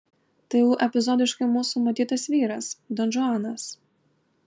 tai jau epizodiškai mūsų matytas vyras donžuanas